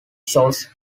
shows